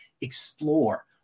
explore